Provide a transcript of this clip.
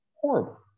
Horrible